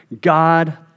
God